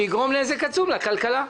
מה שיגרום נזק עצום לכלכלה.